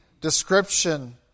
description